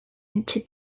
into